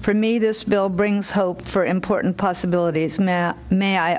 for me this bill brings hope for important possibilities may i